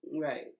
Right